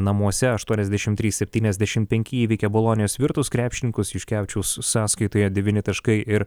namuose aštuoniasdešim trys septyniasdešim penki įveikė bolonijos virtus krepšininkus juškevičiaus sąskaitoje devyni taškai ir